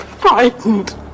frightened